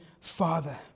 Father